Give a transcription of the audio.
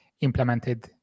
implemented